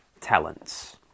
talents